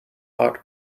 hot